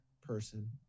person